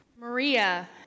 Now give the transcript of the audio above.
Maria